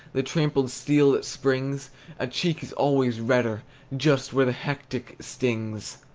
the trampled steel that springs a cheek is always redder just where the hectic stings!